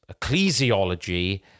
ecclesiology